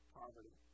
poverty